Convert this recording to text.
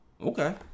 Okay